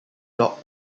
dog